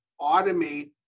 automate